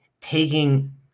taking